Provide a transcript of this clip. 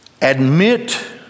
admit